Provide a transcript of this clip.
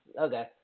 Okay